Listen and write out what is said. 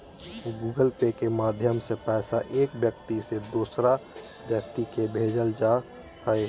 Google Pay के माध्यम से पैसा एक व्यक्ति से दोसर व्यक्ति के भेजल जा हय